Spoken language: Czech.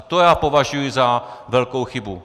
To já považuju za velkou chybu.